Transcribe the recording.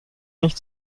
nicht